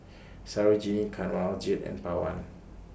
Sarojini Kanwaljit and Pawan